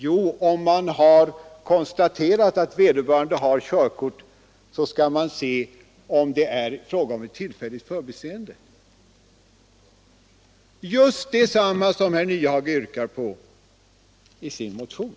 Jo, om det konstateras att vederbörande har körkort, så skall man se om det är fråga om ett tillfälligt förbiseende — just detsamma som herr Nyhage yrkar på i sin motion.